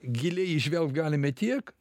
giliai įžvelgt galime tiek